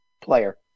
player